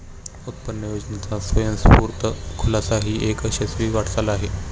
उत्पन्न योजनेचा स्वयंस्फूर्त खुलासा ही एक यशस्वी वाटचाल होती